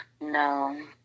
No